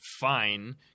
fine